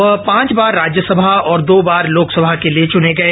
वह पांच बार राज्यसभा और दो बार लोकसभा के लिए चुने गए